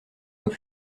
nos